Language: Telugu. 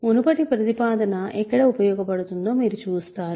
మునుపటి ప్రతిపాదన ఎక్కడ ఉపయోగపడుతుందో మీరు చూస్తారు